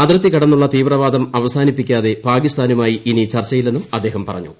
അതിർത്തി കടന്നുള്ള തീവ്രവാദം അവസാനിപ്പിക്കാതെ പാകിസ്ഥാനുമായി ഇനി ചർച്ചയില്ലെന്നും അദ്ദേഹം പറഞ്ഞു